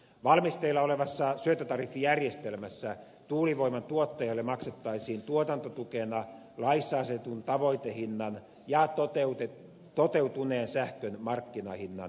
valmisteilla olevassa syöttötariffijärjestelmässä tuulivoiman tuottajalle maksettaisiin tuotantotukena laissa asetetun tavoitehinnan ja toteutuneen sähkön markkinahinnan erotus